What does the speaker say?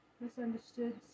misunderstood